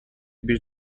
bir